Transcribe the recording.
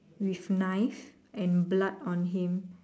with knife and blood on him